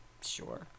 Sure